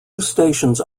stations